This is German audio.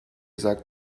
sagt